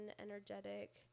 energetic